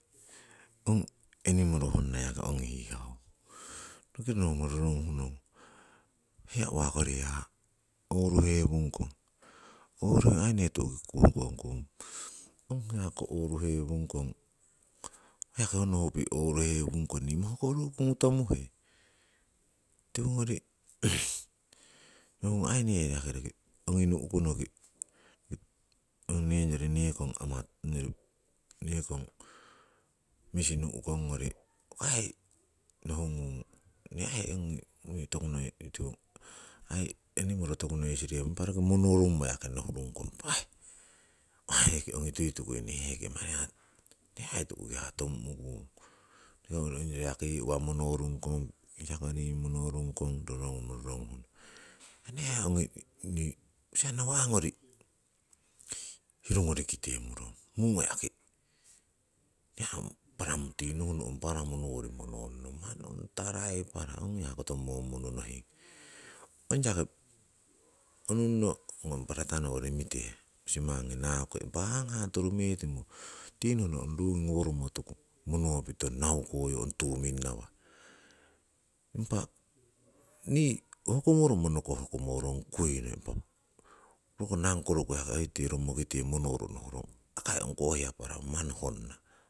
ong enimoro honna yaki ong hihau, roki nohumo roronguhnong, hiya uwakori ya oruhewungkong. Oru aii nee tu'ki kukongung, ong hiyako oruhewungkong, hoko yaki onohupi' oruhewungkong mohkoruguhu tumuhe. Tiwongori nohungong nee aii yaki roki ogi nu'konoki, ongyoro nekong amatu onyori nekong misi nu'kongori hoko aii nohungung, nii aii ongi uringi tokunoi aii enimoro tokunoi sirewung. Impa roki monorummo nohurungkong poih ong aii ongi tuitukui nee hekoki aii tu'ki ya tomu'kung. Ho roki ongyori hiya monorungkong, hiya kori monorungkong rorongumo roronguhnong. Nii aii ongi nui u'kisa nawa'ngori hiru ngorikite murong, mungo yaki nii aii ong paramo tii nohno ong paramo mononnong manni ong taraipara ong ya koto moo munnu nohing. Ongyaki onunno ngong barata nowori mite musimmangi nakuki, impa hanghang turumetimo tinohno ong rungi ngoworomotuku monopitong naukoyu ong tuu minnawah. Impah nii hokumoromo nokoh hokumorong kuino, impa tii nangkoroku aii tii romokite monoro nohron akai ongkoh paramo manni honna.